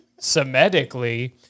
semitically